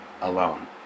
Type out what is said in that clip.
alone